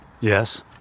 Yes